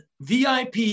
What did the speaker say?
VIP